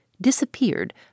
disappeared